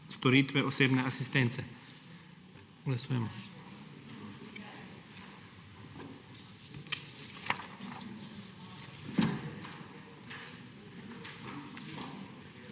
storitve osebne asistence. Glasujemo.